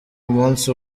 munsi